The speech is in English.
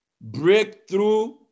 breakthrough